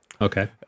Okay